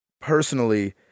personally